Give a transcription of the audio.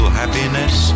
happiness